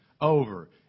over